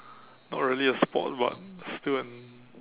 not really a sport but still an